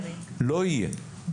לא יהיה.